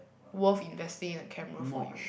worth investing a camera for you